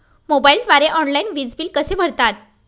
मोबाईलद्वारे ऑनलाईन वीज बिल कसे भरतात?